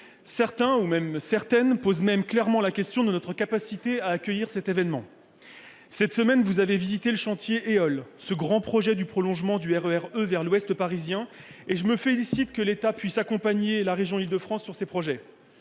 Certains usagers posent même la question de notre capacité à accueillir cet événement ! Cette semaine, vous avez visité le chantier Éole, grand projet de prolongement du RER E vers l'ouest parisien. Je me félicite que l'État puisse accompagner la région d'Île-de-France pour de tels